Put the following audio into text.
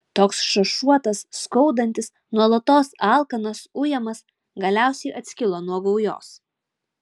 toks šašuotas skaudantis nuolatos alkanas ujamas galiausiai atskilo nuo gaujos